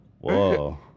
whoa